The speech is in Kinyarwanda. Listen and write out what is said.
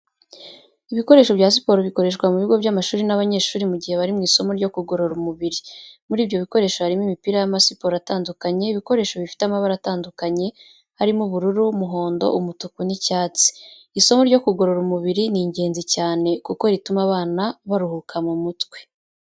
Ibikoresho bya siporo bikoreswa mu bigo by'amashuri n'abanyeshuri mu gihe bari mu isomo ryo kugorora umubiri. Muri ibyo bikoresho harimo imipira y'amasiporo atandukanye, ibikoresho bifite amabara atandukanye harimo ubururu, umuhondo, umutuku n'icyatsi. Isomo ryo kugorora umubiri ni ingenzi cyane kuko rituma abana baruhuka mu mutwe.